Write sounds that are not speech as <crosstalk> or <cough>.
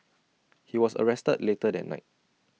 <noise> he was arrested later that night